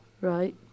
Right